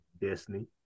Destiny